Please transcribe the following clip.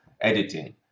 editing